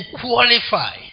qualify